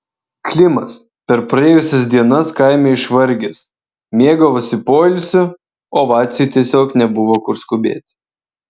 klimas per praėjusias dienas kaime išvargęs mėgavosi poilsiu o vaciui tiesiog nebuvo kur skubėti